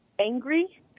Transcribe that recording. angry